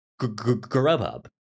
Grubhub